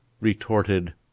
retorted